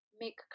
Make